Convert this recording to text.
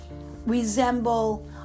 resemble